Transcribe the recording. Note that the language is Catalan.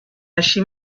així